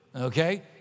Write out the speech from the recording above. okay